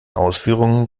ausführungen